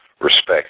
respect